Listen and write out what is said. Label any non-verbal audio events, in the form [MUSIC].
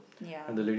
[NOISE] ya